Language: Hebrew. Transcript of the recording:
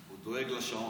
הוא דואג לשעון.